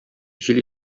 җил